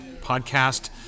podcast